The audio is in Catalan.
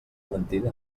mentida